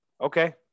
Okay